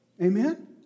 Amen